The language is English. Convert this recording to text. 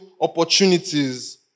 opportunities